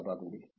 చాలా బాగుంది